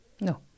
No